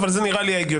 אבל זה נראה לי הגיוני.